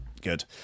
good